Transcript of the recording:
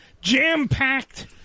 jam-packed